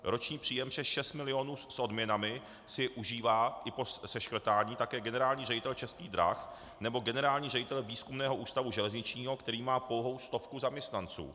Roční příjem přes 6 milionů s odměnami si užívá i po seškrtání také generální ředitel Českých drah nebo generální ředitel Výzkumného ústavu železničního, který má pouhou stovku zaměstnanců.